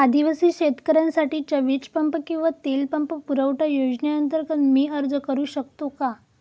आदिवासी शेतकऱ्यांसाठीच्या वीज पंप किंवा तेल पंप पुरवठा योजनेअंतर्गत मी अर्ज करू शकतो का?